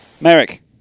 Merrick